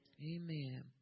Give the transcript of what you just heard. Amen